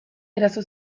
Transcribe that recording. eraso